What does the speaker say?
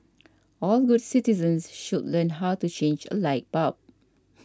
all good citizens should learn how to change a light bulb